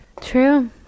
true